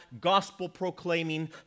gospel-proclaiming